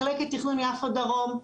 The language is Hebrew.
מחלקת תכנון יפו דרום,